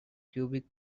cubic